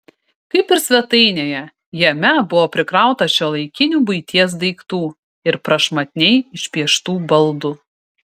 kaip ir svetainėje jame buvo prikrauta šiuolaikinių buities daiktų ir prašmatniai išpieštų baldų